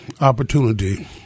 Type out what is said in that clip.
opportunity